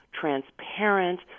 transparent